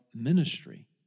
ministry